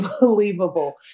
unbelievable